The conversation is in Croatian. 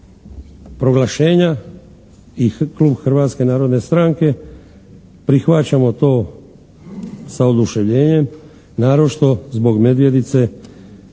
proglašenja i Klub Hrvatske narodne stranke prihvaćamo to sa oduševljenjem naročito zbog medvjedice